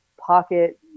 pocket